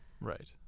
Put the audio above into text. Right